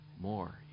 more